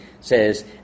says